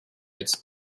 united